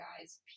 guys